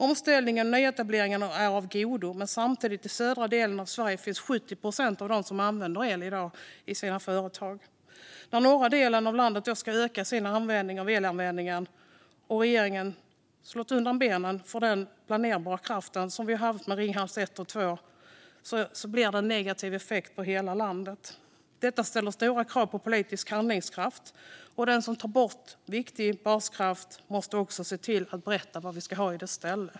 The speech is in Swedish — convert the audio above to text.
Omställningen och nyetableringen är av godo, men samtidigt är det så att 70 procent av dem som i dag använder el i sina företag finns i södra delen av Sverige. När norra delen av landet ska öka sin användning av elen, och regeringen har slagit undan benen för den planerbara kraften som har funnits med Ringhals 1 och 2, blir det negativ effekt för hela landet. Detta ställer stora krav på politisk handlingskraft. Den som tar bort viktig baskraft måste också berätta vad som ska finnas i dess ställe.